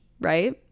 right